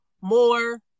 more